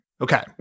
Okay